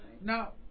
Now